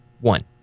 One